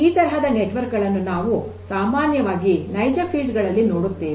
ಈ ತರಹದ ನೆಟ್ವರ್ಕ್ ಗಳನ್ನು ನಾವು ಸಾಮಾನ್ಯವಾಗಿ ನೈಜ ಕ್ಷೇತ್ರಗಳಲ್ಲಿ ನೋಡುತ್ತೇವೆ